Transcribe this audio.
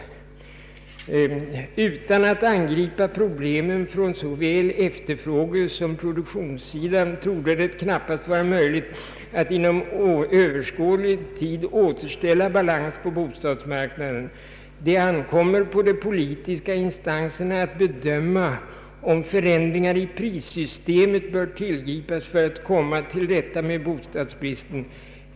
Utan att angripa problemen från såväl efterfrågesom produktionssidan torde det knappast vara möjligt att inom överskådlig tid återställa balans på bostadsmarknaden. Det ankommer på de politiska instanserna att bedöma om förändringar i prissystemet bör tillgripas för att komma till rätta med bostadsbristen.